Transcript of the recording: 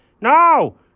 No